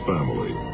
Family